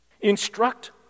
Instruct